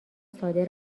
ساده